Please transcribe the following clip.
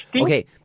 okay